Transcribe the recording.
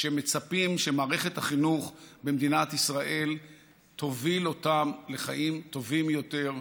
שמצפים שמערכת החינוך במדינת ישראל תוביל אותם לחיים טובים יותר,